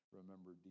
Remember